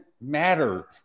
matter